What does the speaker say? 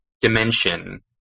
dimension